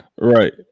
right